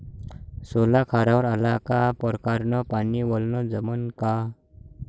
सोला खारावर आला का परकारं न पानी वलनं जमन का?